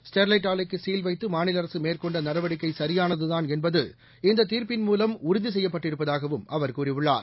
Sterlite ஆலைக்குசீல்வைத்தமாநிலஅரசுமேற்கொண்டநடவடிக்கைசியானதுதான் என்பது இந்ததீர்ப்பின் மூலம் உறுதிசெய்யப்பட்டிருப்பதாகவும் அவர் கூறியுள்ளார்